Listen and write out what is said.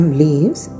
leaves